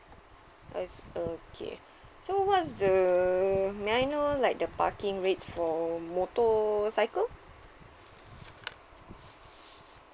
as okay so what's the may I know like the parking rates for motorcycle